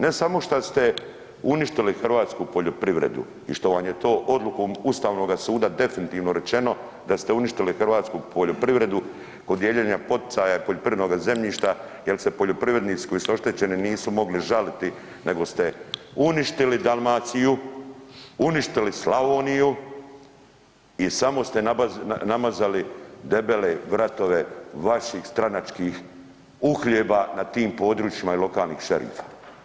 Ne samo šta ste uništili hrvatsku poljoprivredu i što vam je to odlukom ustavnoga suda definitivno rečeno da ste uništili hrvatsku poljoprivredu kod dijeljenja poticaja i poljoprivrednoga zemljišta jel se poljoprivrednici koji su oštećeni nisu mogli žaliti nego ste uništili Dalmaciju, uništili Slavoniju i samo ste namazali debele vratove vaših stranačkih uhljeba na tim područjima i lokalnih šerifa.